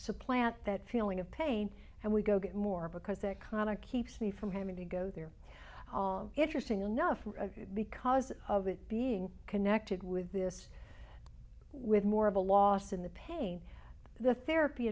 supplant that feeling of pain and we go get more because it kind of keeps me from having to go there are interesting enough because of it being connected with this with more of a loss in the pain the therapy